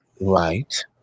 right